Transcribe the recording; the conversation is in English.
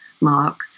Mark